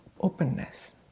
openness